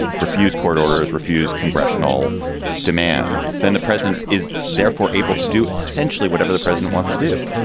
refuse court orders, refuse congressional demands, then the president is therefore able to do essentially whatever the president wants to do.